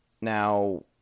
Now